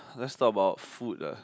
let's talk about food ah